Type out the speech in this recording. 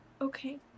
okay